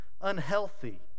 Unhealthy